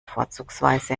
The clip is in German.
vorzugsweise